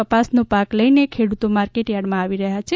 કપાસનો પાક લઇને ખેડૂતો માર્કેટયાર્ડમાં આવી રહ્યા છે